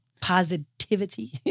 positivity